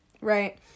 Right